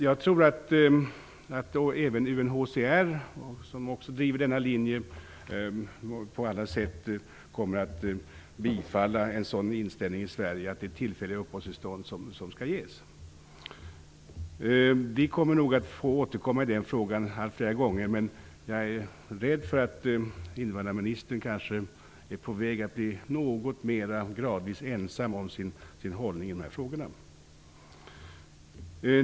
Jag tror att även UNHCR, som driver denna linje på alla sätt, kommer att ge sitt bifall till inställningen att tillfälliga uppehållstillstånd skall ges i Sverige. Vi kommer nog att återkomma till frågan flera gånger, men jag är rädd för att invandrarministern är på väg att gradvis bli något mer ensam i sin hållning i dessa frågor.